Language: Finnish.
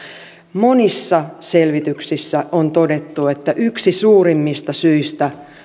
monissa selvityksissä on todettu että yksi suurimmista syistä